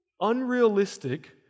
unrealistic